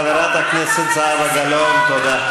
חברת הכנסת זהבה גלאון, תודה.